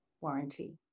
warranty